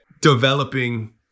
developing